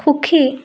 সুখী